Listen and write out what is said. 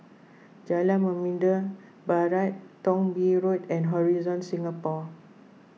Jalan Membina Barat Thong Bee Road and Horizon Singapore